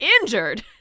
injured